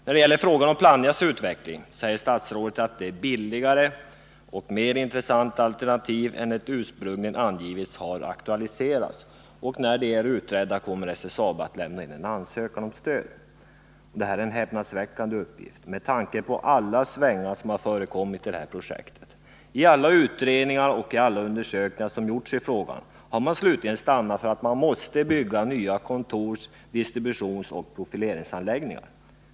När det gäller frågan om Plannjas utveckling säger statsrådet att billigare och mer intressanta alternativ än det som ursprungligen angivits har aktualiserats och att SSAB, när dessa alternativ är utredda, kommer att lämna in en ansökan om stöd. Detta är en häpnadsväckande uppgift med tanke på alla svängar som har förekommit i projektet. I alla utredningar och i alla undersökningar som gjorts i frågan har man slutligen stannat för att man måste bygga nya kontors-, distributionsoch profileringsanläggningar.